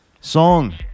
song